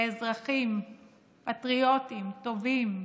שאזרחים פטריוטים, טובים,